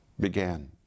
began